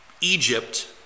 Egypt